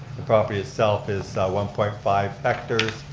the property itself is one point five hectares,